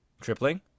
Tripling